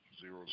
zero